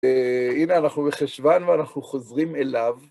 הנה אנחנו בחשוון ואנחנו חוזרים אליו.